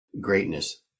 greatness